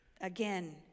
Again